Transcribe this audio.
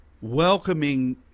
welcoming